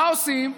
מה עושים?